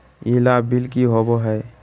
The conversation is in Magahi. ई लाभ बिल की होबो हैं?